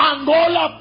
Angola